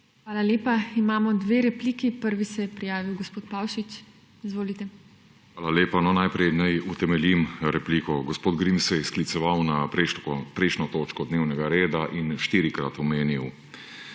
Hvala lepa. Imamo dve repliki. Prvi se je prijavil gospod Pavšič. Izvolite. **ROBERT PAVŠIČ (PS LMŠ):** Hvala lepa. No, najprej naj utemeljim repliko. Gospod Grims se je skliceval na prejšnjo točko dnevnega reda in štirikrat omenil